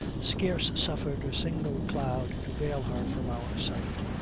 scarce suffered a single cloud to veil her from our sight.